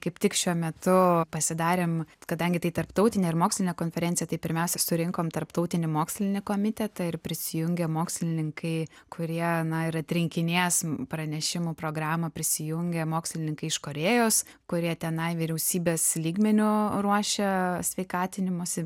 kaip tik šiuo metu pasidarėm kadangi tai tarptautinė ir mokslinė konferencija tai pirmiausia surinkom tarptautinį mokslinį komitetą ir prisijungę mokslininkai kurie na ir atrinkinės pranešimų programą prisijungę mokslininkai iš korėjos kurie tenai vyriausybės lygmeniu ruošia sveikatinimosi